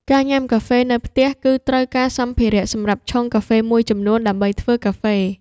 ការញ៉ាំកាហ្វេនៅផ្ទះ គឺត្រូវការសម្ភារៈសម្រាប់ឆុងកាហ្វេមួយចំនួនដើម្បីធ្វើកាហ្វេ។